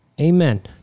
Amen